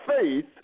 faith